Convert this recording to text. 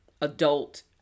adult